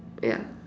yeah